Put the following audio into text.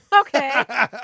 Okay